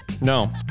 No